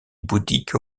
bouddhique